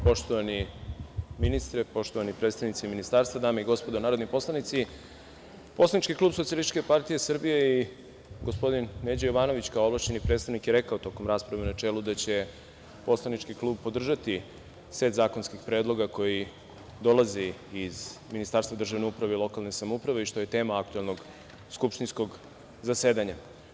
Poštovani ministre, poštovani predstavnici ministarstva, dame i gospodo narodni poslanici, poslanički klub SPS i gospodin Neđo Jovanović, kao ovlašćeni predstavnik, je rekao tokom rasprave u načelu da će poslanički klub podržati set zakonskih predloga koji dolazi iz Ministarstva državne uprave i lokalne samouprave i što je tema aktuelnog skupštinskog zasedanja.